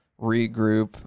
regroup